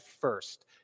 first